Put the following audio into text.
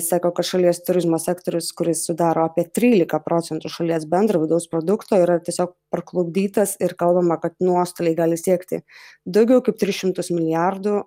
sako kad šalies turizmo sektorius kuris sudaro apie trylika procentų šalies bendro vidaus produkto yra tiesiog parklupdytas ir kalbama kad nuostoliai gali siekti daugiau kaip tris šimtus milijardų